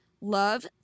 Love